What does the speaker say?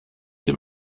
dem